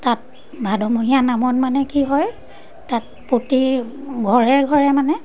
তাত ভাদমহীয়া নামত মানে কি হয় তাত প্ৰতি ঘৰে ঘৰে মানে